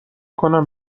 کنم